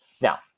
Now